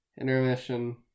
intermission